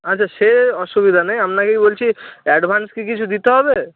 আচ্ছা সে অসুবিধা নেই আপনাকেই বলছি অ্যাডভান্স কি কিছু দিতে হবে